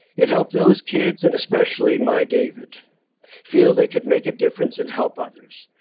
it helped those kids and especially my david feel they could make a difference and help others,